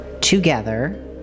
together